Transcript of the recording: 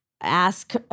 ask